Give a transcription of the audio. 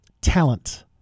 talent